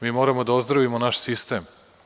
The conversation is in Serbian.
Mi moramo da ozdravimo naš sistem.